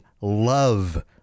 love